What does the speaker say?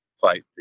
fight